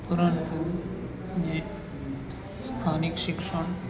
પરંતુ જે સ્થાનિક શિક્ષણ